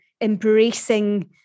embracing